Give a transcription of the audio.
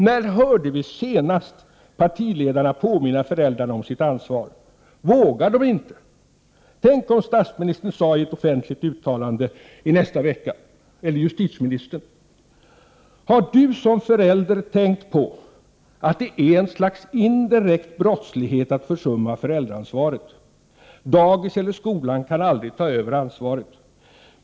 När hörde vi senast partiledarna påminna föräldrarna om deras ansvar? Vågar de inte? Tänk om statsministern eller justitieministern sade i ett offentligt uttalande i nästa vecka: Har du som förälder tänkt på att det är ett slags indirekt brottslighet att försumma föräldraansvaret? Dagis eller skola kan aldrig ta över ansvaret.